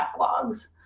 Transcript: backlogs